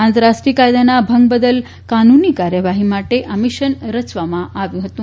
આંતરરાષ્ટ્રીય કાયદાના ભંગ બદલ કાનૂની કાર્યવાહી માટે આ મિશન રચવામાં આવ્યું હતું